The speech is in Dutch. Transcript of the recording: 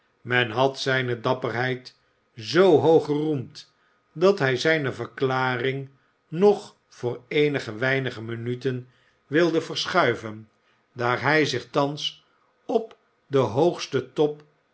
men had zijne dapperheid zoo hoog geroemd dat hij zijne verklaring nog voor eenige weinige minuten wilde verschuiven daar hij zich thans op den hoogsteh top